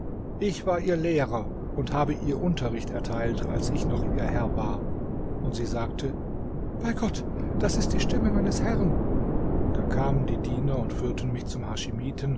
ich war ihr lehrer und habe ihr unterricht erteilt als ich noch ihr herr war und sie sagte bei gott das ist die stimme meines herrn da kamen die diener und führten mich zum